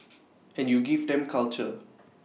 and you give them culture